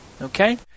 Okay